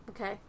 Okay